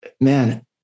man